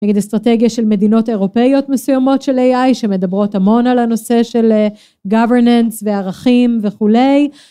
נגד אסטרטגיה של מדינות אירופאיות מסוימות של AI שמדברות המון על הנושא של governance וערכים וכולי